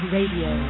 Radio